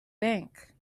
bank